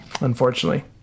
unfortunately